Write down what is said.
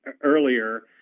earlier